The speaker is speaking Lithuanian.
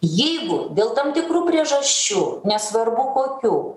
jeigu dėl tam tikrų priežasčių nesvarbu kokių